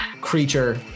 creature